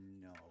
No